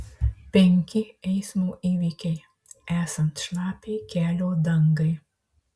penki eismo įvykiai esant šlapiai kelio dangai